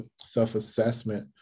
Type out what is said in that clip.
self-assessment